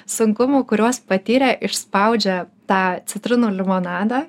sunkumų kuriuos patyrė išspaudžia tą citrinų limonadą